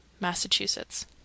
massachusetts